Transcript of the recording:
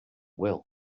will